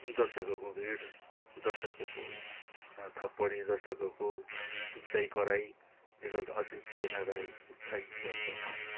दर्शकहरूको भिड दर्शकहरूको थप्पडी दर्शकहरूको चिच्याइ कराइले गर्दा अझै प्रेरणा र उत्साहित बढ्छ